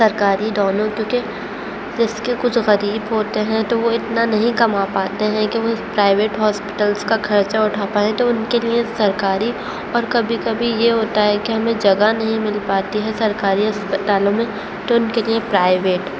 سرکاری دونوں کیونکہ اس کے کچھ غریب ہوتے ہیں تو وہ اتنا نہیں کما پاتے ہیں کہ وہ اس پرائیوٹ ہاسپٹلس کا خرچہ اٹھا پائیں تو ان کے لیے سرکاری اور کبھی کبھی یہ ہوتا ہے کہ ہمیں جگہ نہیں مل پاتی ہے سرکاری اسپتالوں میں تو ان کے لیے پرائیوٹ